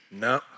No